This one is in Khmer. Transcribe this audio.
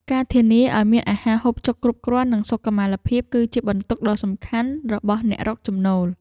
ការធានាឱ្យមានអាហារហូបចុកគ្រប់គ្រាន់ និងសុខុមាលភាព គឺជាបន្ទុកដ៏សំខាន់របស់អ្នករកចំណូល។